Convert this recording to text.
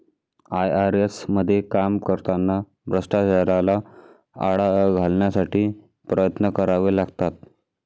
IRS मध्ये काम करताना भ्रष्टाचाराला आळा घालण्यासाठी प्रयत्न करावे लागतात